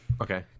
Okay